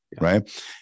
Right